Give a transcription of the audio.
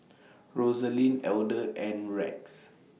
Rosalind Elder and Rex